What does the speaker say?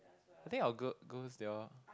I think our gi~ girls they all